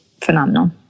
phenomenal